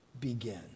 Begin